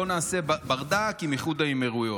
בואו נעשה ברדק עם איחוד האמירויות.